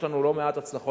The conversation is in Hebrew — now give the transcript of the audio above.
יש לנו לא מעט הצלחות,